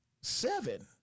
Seven